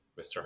Mr